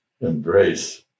Embrace